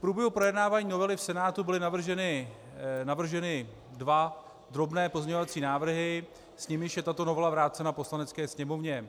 V průběhu projednávání novely v Senátu byly navrženy dva drobné pozměňovací návrhy, s nimiž je tato novela vrácena Poslanecké sněmovně.